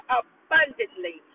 abundantly